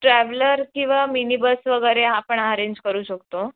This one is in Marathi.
ट्रॅवलर किंवा मिनीबस वगैरे आपण आरेंज करू शकतो